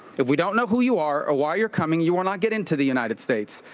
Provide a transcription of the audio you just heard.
if we don't know who you are, or why you're coming, you will not get into the united states.